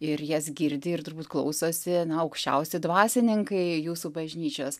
ir jas girdi ir turbūt klausosi na aukščiausi dvasininkai jūsų bažnyčios